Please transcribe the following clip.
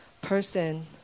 person